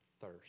thirst